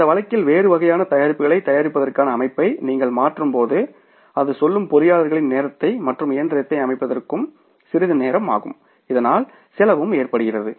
அந்த வழக்கில் வேறு வகையான தயாரிப்புகளை தயாரிப்பதற்கான அமைப்பை நீங்கள் மாற்றும்போது அது சொல்லும் பொறியாளர்களின் நேரத்தை மற்றும் இயந்திரத்தை அமைப்பதற்கும் சிறிது நேரம் ஆகும் இதனால் செலவும் ஏற்படுகிறது